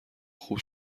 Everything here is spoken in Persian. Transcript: خوب